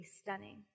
stunning